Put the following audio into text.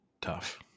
tough